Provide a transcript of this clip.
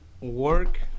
work